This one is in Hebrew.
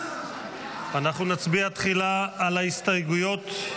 אנחנו נצביע תחילה על ההסתייגויות.